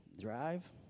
drive